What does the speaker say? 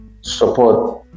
support